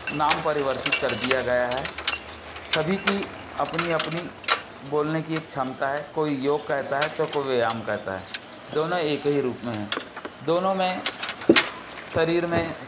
नाम परिवर्तित कर दिया गया है सभी की अपनी अपनी बोलने की एक क्षमता है कोई योग कहता है तो कोई व्यायाम कहता है दोनों एक ही रूप में हैं दोनों में शरीर में